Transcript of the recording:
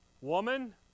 woman